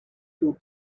two